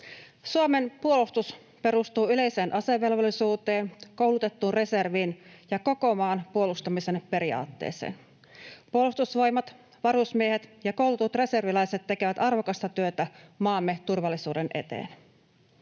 Suomen puolustus perustuu yleiseen asevelvollisuuteen, koulutettuun reserviin ja koko maan puolustamisen periaatteeseen. Puolustusvoimat, varusmiehet ja koulutetut reserviläiset tekevät arvokasta työtä maamme turvallisuuden eteen.